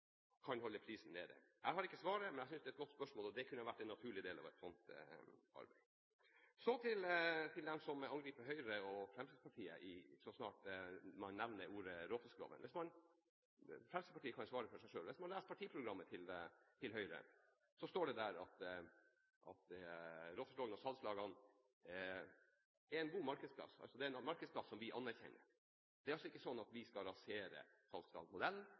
kan holde prisen nede? Jeg har ikke svaret, men jeg synes det er et godt spørsmål, og det kunne vært en naturlig del av et sånt arbeid. Så til dem som angriper Høyre og Fremskrittspartiet så snart man nevner ordet «råfiskloven». Fremskrittspartiet kan svare for seg selv. Hvis man leser partiprogrammet til Høyre, står det der at råfiskloven og salgslagene er en god markedsplass – det er en markedsplass som vi anerkjenner. Det er altså ikke sånn at vi skal rasere